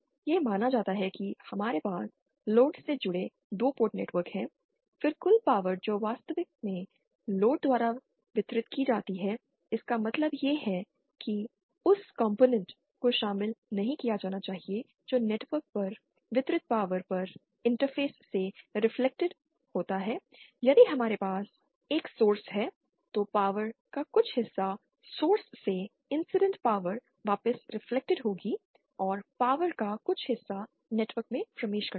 यह माना जाता है कि हमारे पास लोड से जुड़े 2 पोर्ट नेटवर्क हैं फिर कुल पावर जो वास्तव में लोड द्वारा वितरित की जाती है इसका मतलब यह है कि उस कॉम्पोनेंट को शामिल नहीं किया जाना चाहिए जो नेटवर्क पर वितरित पावर पर इंटरफ़ेस से रिफ्लेक्टेड होता है यदि हमारे पास एक सोर्स है तो पावर का कुछ हिस्सा सोर्स से इंसीडेंट पावर वापस रिफ्लेक्टेड होगी और पावर का कुछ हिस्सा नेटवर्क में प्रवेश करता है